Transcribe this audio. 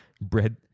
bread